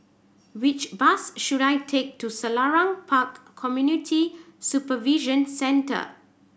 which bus should I take to Selarang Park Community Supervision Centre